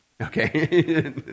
okay